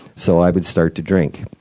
so i would start to drink.